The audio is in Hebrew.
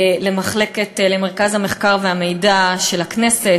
למרכז המחקר והמידע של הכנסת,